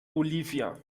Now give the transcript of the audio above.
olivia